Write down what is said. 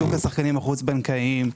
--- השחקנים החוץ בנקאיים,